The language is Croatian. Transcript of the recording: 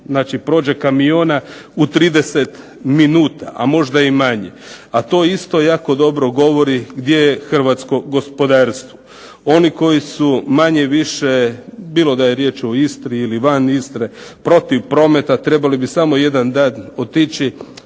Veneciju prođe kamiona u 30 minuta, a možda i manje, a to isto jako dobro govori gdje je Hrvatsko gospodarstvo. Oni koji su malo izvan, manje više bilo da je riječ o Istri ili van Istre protiv prometa, trebali bi samo jedan dan otići